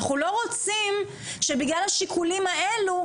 אנחנו לא רוצים שבגלל שהשיקולים האלו,